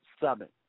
Summit